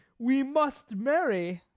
we must marry.